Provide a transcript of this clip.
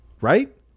Right